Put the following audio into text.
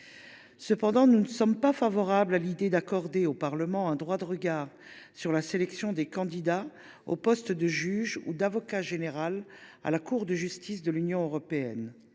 Cependant, nous ne sommes pas favorables à l’idée d’accorder au Parlement un droit de regard sur la sélection des candidats aux postes de juge ou d’avocat général à la Cour de justice de l’Union européenne.